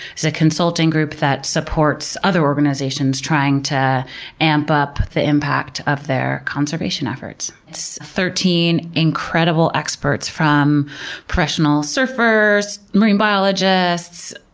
is a consulting group that supports other organizations trying to amp up the impact of their conservation efforts. it's thirteen incredible experts from professional surfers, marine biologists,